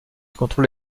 contrôle